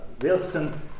Wilson